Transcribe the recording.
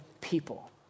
people